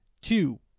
two